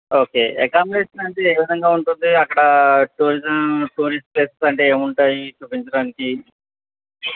okay accommodation అంటే ఏ విధంగా ఉంటుంది అక్కడ టూరిజం టూరిస్ట్ ప్లేసెస్ అంటే ఏమి ఉంటాయి చూపించడానికి